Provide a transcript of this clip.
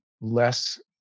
less